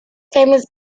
famous